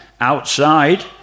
outside